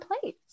place